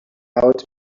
out